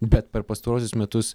bet per pastaruosius metus